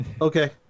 Okay